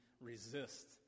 resist